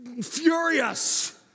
furious